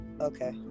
Okay